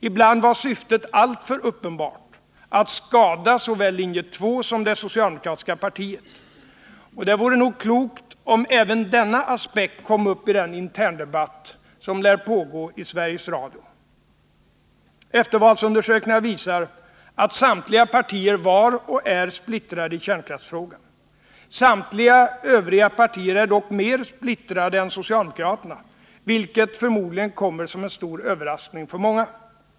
Ibland var syftet alltför uppenbart — att skada såväl linje 2 som det socialdemokratiska partiet. Det vore nog klokt om även denna aspekt kom upp i den interndebatt som lär pågå i Sveriges Radio. Eftervalsundersökningar visar att samtliga partier var och är splittrade i kärnkraftsfrågan. Samtliga övriga partier är dock mer splittrade än socialdemokraterna, vilket förmodligen kommer som en stor överraskning för många.